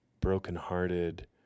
brokenhearted